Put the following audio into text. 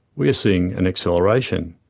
we are seeing an acceleration.